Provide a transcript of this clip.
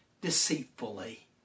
deceitfully